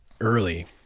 early